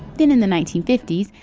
then in the nineteen fifty s,